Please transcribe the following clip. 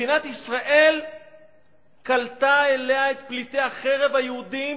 מדינת ישראל קלטה אליה את פליטי החרב היהודים